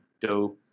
dope